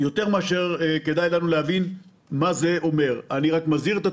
כפי שנאמר כאן על ידי משרד הבריאות,